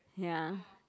ya